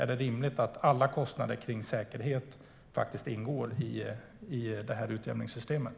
Är det rimligt att alla kostnader för säkerhet ingår i utjämningssystemet?